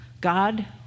God